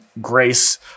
grace